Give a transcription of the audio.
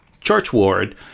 Churchward